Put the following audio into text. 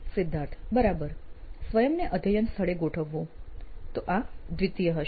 સિદ્ધાર્થ બરાબર સ્વયંને અધ્યયન સ્થળે ગોઠવવું તો આ દ્વિતિય હશે